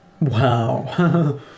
Wow